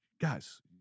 guys